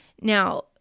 Now